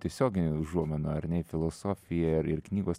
tiesioginių užuominų ar ne į filosofiją ir ir knygos